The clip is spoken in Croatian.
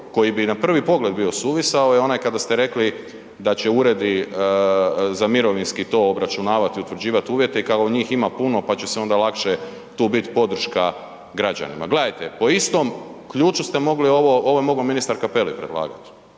koji bi na prvi pogled bio suvisao je onaj kada ste rekli da će uredi za mirovinski to obračunavati i utvrđivati uvjete i kao njih ima puno pa će se onda lakše tu bit podrška građanima. Gledajte, po istom ključu ste mogli ovo, ovo je mogao ministar Capelli predlagat